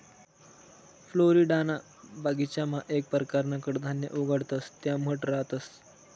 फ्लोरिडाना बगीचामा येक परकारनं कडधान्य उगाडतंस त्या मठ रहातंस